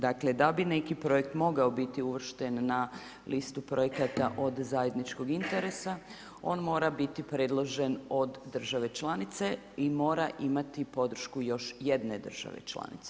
Dakle, da bi neki projekt mogao biti uvršten na listu projekata od zajedničkog interesa, on mora biti predložen od države članice i mora imati podršku još jedne države članice.